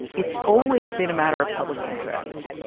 it's always been a matter of public interest.